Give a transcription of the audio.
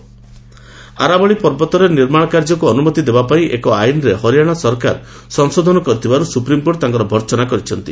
SC ଆରାବଳୀ ଆରାବଳୀ ପର୍ବତରେ ନିର୍ମାଣକାର୍ଯ୍ୟକୁ ଅନୁମତି ଦେବା ପାଇଁ ଏକ ଆଇନ୍ରେ ହରିଆନା ସରକାର ସଂଶୋଧନ କରିଥିବାରୁ ସୁପ୍ରିମକୋର୍ଟ ତାଙ୍କର ଭହନା କରିଛନ୍ତି